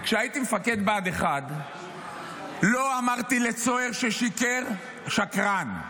וכשהייתי מפקד בה"ד 1 לא אמרתי לצוער ששיקר "שקרן".